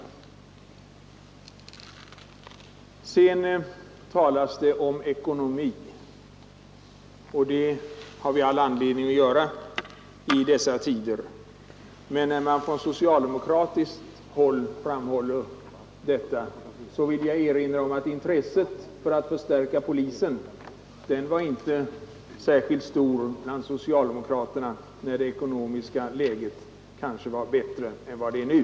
Sedan talas det om ekonomi, och det har vi all anledning att göra i dessa tider. Men när man från socialdemokratiskt håll pekar på detta vill jag erinra om att intresset för att förstärka polisen inte var särskilt stort bland socialdemokraterna när det ekonomiska läget var bättre än det är nu.